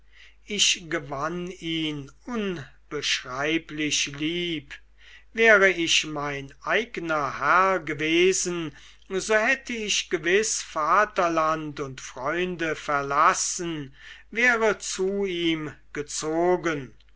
ich gewann ihn unbeschreiblich lieb wäre ich mein eigner herr gewesen so hätte ich gewiß vaterland und freunde verlassen wäre zu ihm gezogen